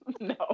no